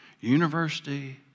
University